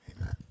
amen